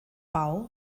bau